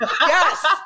Yes